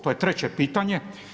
To je treće pitanje.